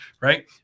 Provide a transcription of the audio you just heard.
right